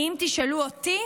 כי אם תשאלו אותי,